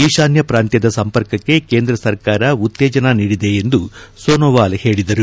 ಈಶಾನ್ಲ ಪ್ರಾಂತ್ಲದ ಸಂಪರ್ಕಕ್ಕೆ ಕೇಂದ್ರ ಸರ್ಕಾರ ಉತ್ತೇಜನ ನೀಡಿದೆ ಎಂದು ಸೋನಾವಾಲ್ ಹೇಳಿದರು